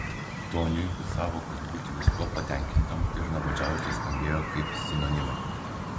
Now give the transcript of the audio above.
toniui sąvokos būti viskuo patenkintam ir nuobodžiauti skambėjo kaip sinonimai